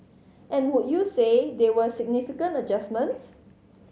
and would you say they were significant adjustments